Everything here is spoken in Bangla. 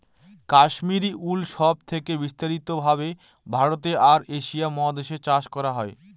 কাশ্মিরী উল সব থেকে বিস্তারিত ভাবে ভারতে আর এশিয়া মহাদেশে চাষ করা হয়